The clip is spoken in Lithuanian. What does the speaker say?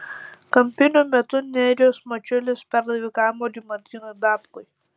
kampinio metu nerijus mačiulis perdavė kamuolį martynui dapkui